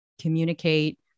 communicate